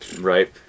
right